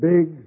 Big